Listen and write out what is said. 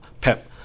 Pep